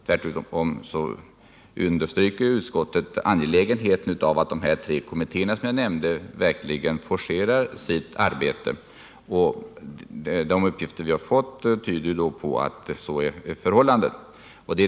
Tvärtom understryker utskottet det angelägna i att de tre kommittéer som jag nämnde verkligen forcerar sitt arbete. De uppgifter vi har fått tyder på att så är fallet.